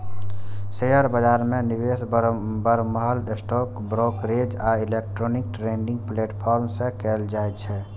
share बाजार मे निवेश बरमहल स्टॉक ब्रोकरेज आ इलेक्ट्रॉनिक ट्रेडिंग प्लेटफॉर्म सं कैल जाइ छै